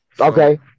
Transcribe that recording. Okay